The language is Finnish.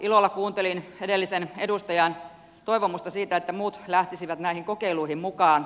ilolla kuuntelin edellisen edustajan toivomusta siitä että muut lähtisivät näihin kokeiluihin mukaan